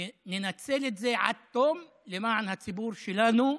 וננצל את זה עד תום למען הציבור שלנו,